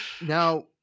Now